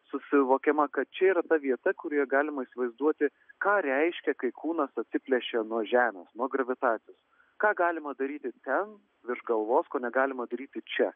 susivokiama kad čia yra ta vieta kurioje galima įsivaizduoti ką reiškia kai kūnas atsiplėšia nuo žemės nuo gravitacijos ką galima daryti ten virš galvos ko negalima daryti čia